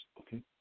Okay